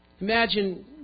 Imagine